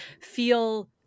feel